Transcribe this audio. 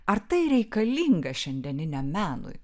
ar tai reikalinga šiandieniniam menui